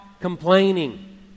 complaining